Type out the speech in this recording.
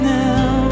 now